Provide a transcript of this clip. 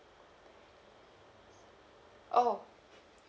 oh